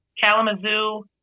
Kalamazoo